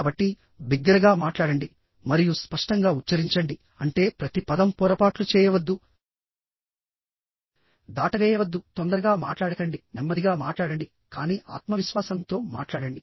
కాబట్టి బిగ్గరగా మాట్లాడండి మరియు స్పష్టంగా ఉచ్ఛరించండి అంటే ప్రతి పదం పొరపాట్లు చేయవద్దు దాటవేయవద్దు తొందరగా మాట్లాడకండి నెమ్మదిగా మాట్లాడండి కానీ ఆత్మవిశ్వాసంతో మాట్లాడండి